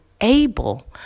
able